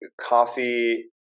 coffee